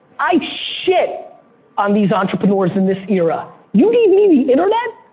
i shit on these entrepreneurs in this era. you gave me the internet?